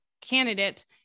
candidate